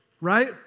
right